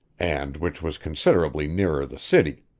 and which was considerably nearer the city.